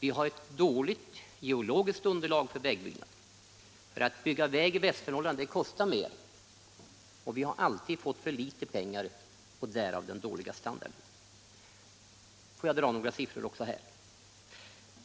Vi har ett dåligt geologiskt underlag för vägbyggnad. Att bygga väg i Västernorrland kostar mer — men vi har alltid fått för litet pengar. Därav den dåliga standarden. Får jag dra några siffror också här: